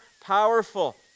powerful